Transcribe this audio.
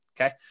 Okay